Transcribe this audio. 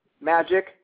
magic